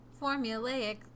Formulaic